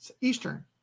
Eastern